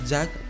Jack